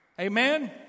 Amen